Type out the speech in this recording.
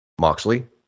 Moxley